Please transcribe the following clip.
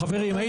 חברים,